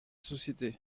sociétés